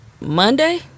Monday